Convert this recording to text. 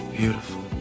beautiful